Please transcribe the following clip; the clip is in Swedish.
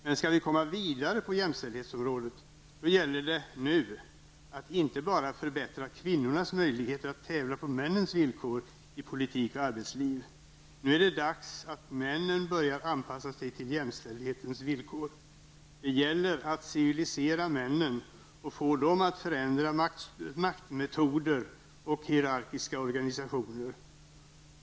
Men för att nu komma vidare på jämställdhetsområdet gäller det att inte bara förbättra kvinnors möjligheter att tävla i politik och arbetsliv på männens villkor. Det är dags att männen börjar anpassa sig till jämställdhetens villkor. Det gäller att civilisera männen och att få dem att förändra maktmetoder och hierarkiska organisationer.